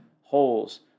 Holes